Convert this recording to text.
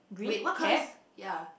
wait what colors yea